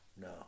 No